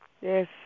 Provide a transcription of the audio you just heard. Yes